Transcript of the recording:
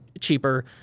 cheaper